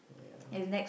ya